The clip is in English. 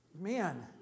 Man